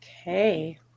Okay